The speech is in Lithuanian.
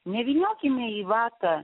nevyniokime į vatą